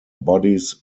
bodies